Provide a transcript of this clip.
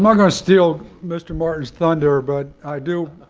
um going to steal mr. martin's thunder. but i do